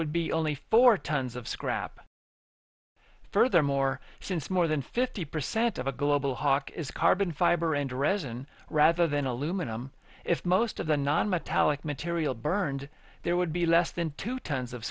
would be only four tons of scrap furthermore since more than fifty percent of a global hawk is carbon fiber and resin rather than aluminum if most of the nonmetallic material burned there would be less than two tons of